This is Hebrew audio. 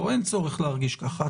אין צורך להרגיש ככה.